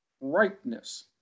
ripeness